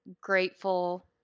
grateful